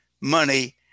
money